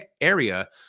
area